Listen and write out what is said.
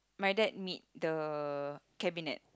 my dad need the cabinet